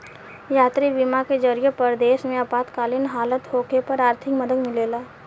यात्री बीमा के जरिए परदेश में आपातकालीन हालत होखे पर आर्थिक मदद मिलेला